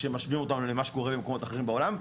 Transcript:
כשמשווים אותנו למה שקורה במקומות אחרים בעולם.